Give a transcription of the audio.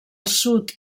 sud